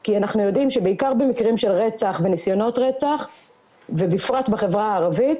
כי אנחנו יודעים שבעיקר במקרים של רצח וניסיונות רצח ובפרט בחברה הערבית